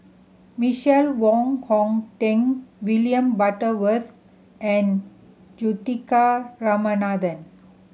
Michael Wong Hong Teng William Butterworth and Juthika Ramanathan